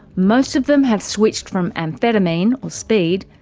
most of them have switched from amphetamine, or speed,